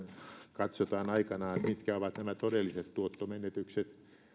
katsotaan aikanaan mitkä ovat todelliset tuottomenetykset